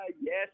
yes